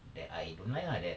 that I don't like ah that